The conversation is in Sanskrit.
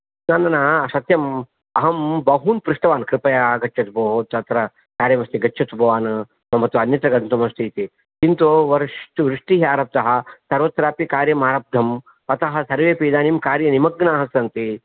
न न न सत्यं अहं बहून् पृष्टवान् कृपया आगच्छतु भोः तत्र कार्यमस्ति गच्छतु भवान् मम तु अन्यत्र गन्तुमस्ति इति किन्तु वर्ष वृष्टिः आरब्धः सर्वत्रापि कार्यमारब्धं अतः सर्वेऽपि इदानीं कार्यनिमग्नाः सन्ति